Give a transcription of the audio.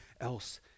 else